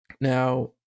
Now